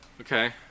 Okay